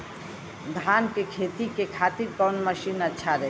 धान के खेती के खातिर कवन मशीन अच्छा रही?